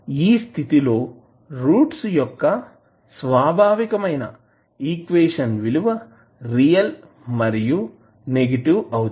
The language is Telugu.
ఈ స్థితిలో రూట్స్ యొక్క స్వాభావికమైన ఈక్వేషన్ విలువ రియల్ మరియు నెగిటివ్ అవుతాయి